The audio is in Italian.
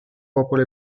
popolo